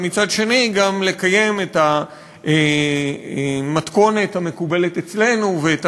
ומצד שני גם לקיים את המתכונת המקובלת אצלנו ואת